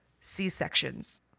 C-sections